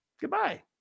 goodbye